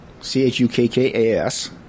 C-H-U-K-K-A-S